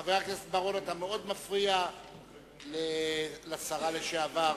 חבר הכנסת בר-און, אתה מאוד מפריע לשרה לשעבר